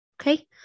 okay